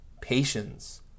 patience